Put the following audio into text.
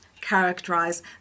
characterize